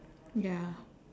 ya